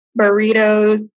burritos